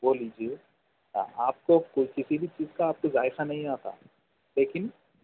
وہ لیجیے آپ کو کو کسی بھی چیز کا آپ کو ذائقہ نہیں آتا لیکن